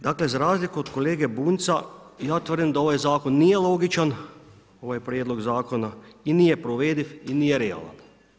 Dakle, za razliku od kolege Bunjca, ja tvrdim da ovaj Zakon nije logičan, ovaj Prijedlog Zakona i nije provediv i nije realan.